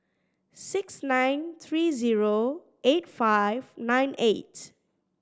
six nine three zero eight five nine eight